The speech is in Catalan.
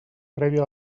prèvia